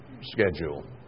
schedule